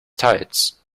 tides